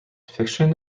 fiction